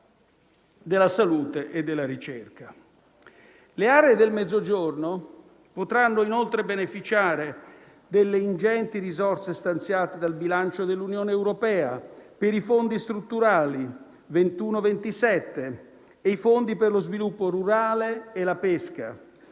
della salute e della ricerca. Le aree del Mezzogiorno potranno inoltre beneficiare delle ingenti risorse stanziate dal bilancio dell'Unione europea per i fondi strutturali 2021-2027 e i fondi per lo sviluppo rurale e la pesca: